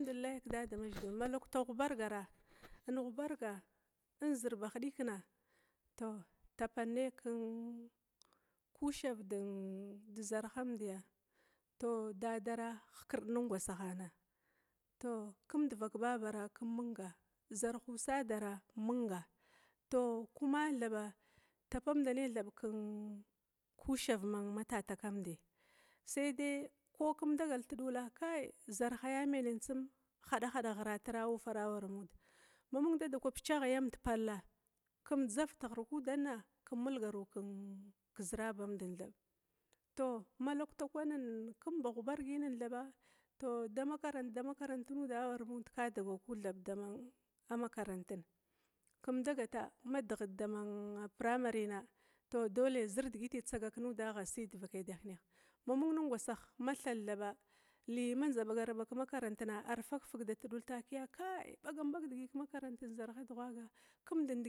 Alhamdullai kedadamazhigila ma sarta ghubargara inn ghubargann zir ba hidikina tou tapannaya kushava din zarhamdiya, tou dadara inkird nin ngwasahana tou kimd vak babara kim minga, zarna usadara ar minga tou kuma thaba tapamdanaya larku keshava mata takamdi sai dai ko kimdagala tudula kai zarhaya menin tsum hadahada ghiratira ufara awaramud sai dai mamung dadakw picagha yamda kim dzav tivakaya udanna kim mulgaru kezirabamda tou ma laukta kwanin kimba ghabargina thaba tou damakarant damakarant nuda awarama mud ka dagaw kud thaba damakarantin, kim dagata ma dighit dama makaranta pramarena dole zir digiti tsagak nuda agha si devakai dama nineha, mamung negwasaha ma thala li nza bagara bag kema karantin thaba dole arfak fiz tidula taki kai ɓagamɓag digi kemakarantin zarha dughaga kimdin